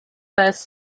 first